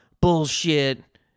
bullshit